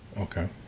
Okay